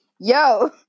yo